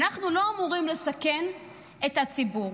ואנחנו לא אמורים לסכן את הציבור.